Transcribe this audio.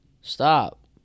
Stop